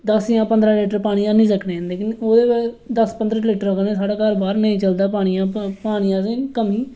दस जां पंदरा लीटर पानी आह्नी सकने आं लेकिन दस पंदरा लीटरा कन्नै साढा घर बाह्र नेईं चलदा पानी दी असेंगी कमी